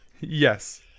yes